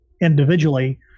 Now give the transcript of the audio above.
individually